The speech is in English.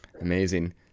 Amazing